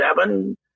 seven